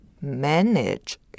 manage